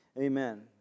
Amen